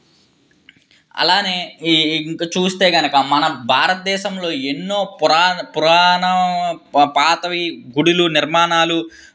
అలానే ఈ ఇ చూస్తే కనక మన భారతదేశంలో ఎన్నో పురా పురాణ పాతవి గుడులు నిర్మాణాలు